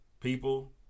people